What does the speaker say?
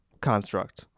construct